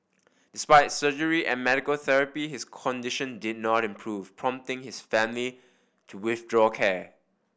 despite surgery and medical therapy his condition did not improve prompting his family to withdraw care